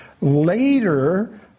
Later